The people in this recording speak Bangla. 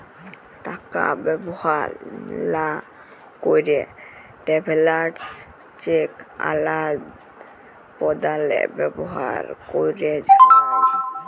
টাকা ব্যবহার লা ক্যেরে ট্রাভেলার্স চেক আদাল প্রদালে ব্যবহার ক্যেরে হ্যয়